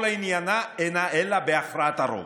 כל עניינה אינה אלא בהכרעת הרוב.